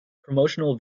promotional